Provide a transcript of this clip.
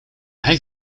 heg